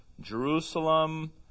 Jerusalem